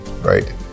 right